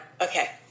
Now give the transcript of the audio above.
Okay